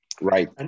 Right